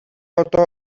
одоо